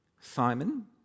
Simon